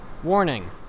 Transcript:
Warning